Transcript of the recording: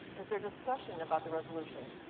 is there discussion about the resolution?